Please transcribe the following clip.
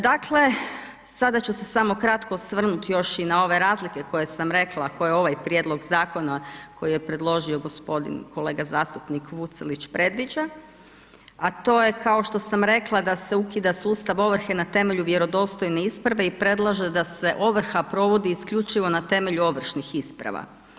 Dakle, sada ću se samo kratko osvrnuti još i na ove razlike koje sam rekla koje ovaj Prijedlog zakona koji je predložio gospodin kolega zastupnik Vucelić predviđa, a to je kao što sam rekla da se ukida sustav ovrhe na temelju vjerodostojne isprave i predlaže da se ovrha provodi isključivo na temelju ovršnih isprava.